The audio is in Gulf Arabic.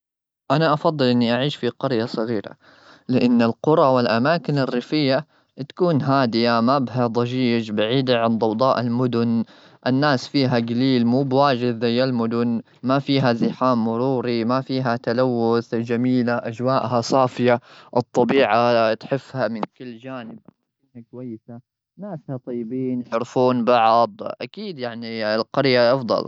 أنا أفضل إني أعيش في قرية صغيرة، لأن القرى والأماكن الريفية تكون هادئة، ما بها ضجيج، بعيدة عن ضوضاء المدن. الناس فيها جليل، مو بواجد زي المدن. ما فيها زحام مروري، ما فيها تلوث. جميلة، أجوائها صافية، الطبيعة تحفها من كل جانب. أماكنها كويسة، ناسها طيبين، يعرفون بعض. أكيد يعني، القرية أفضل.